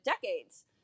decades